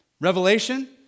Revelation